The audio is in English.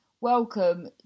welcome